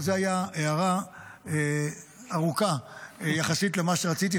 אבל זו הייתה הערה ארוכה יחסית למה שרציתי.